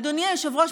אדוני היושב-ראש,